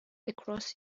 across